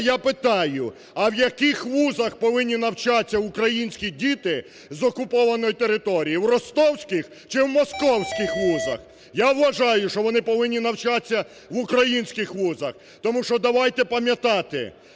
я питаю, а в яких вузах повинні навчатись українські діти з окупованої території? В ростовських, чи в московських вузах? Я вважаю, що вони повинні навчатись в українських вузах, тому що давайте пам'ятати